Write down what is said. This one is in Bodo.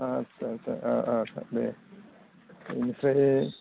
आस्सा आस्सा अ अ दे इनिफ्राय